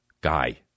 guy